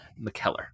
McKellar